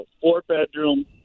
four-bedroom